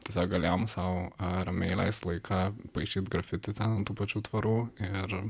tada galėjom sau ramiai leist laiką paišyt grafiti ten ant tų pačių tvorų ir